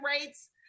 rates